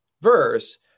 verse